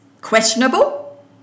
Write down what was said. questionable